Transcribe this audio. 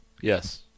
Yes